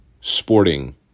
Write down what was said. sporting